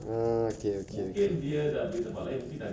mm okay okay okay